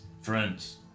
friends